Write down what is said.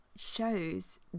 shows